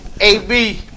AB